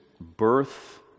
birth